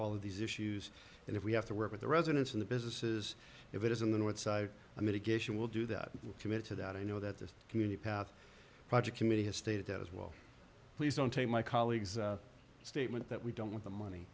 all of these issues and if we have to work with the residents in the businesses if it is in the north side i mean a geisha will do that commit to that i know that this community path project committee has stated as well please don't take my colleagues statement that we don't want the money